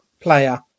player